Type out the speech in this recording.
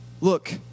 look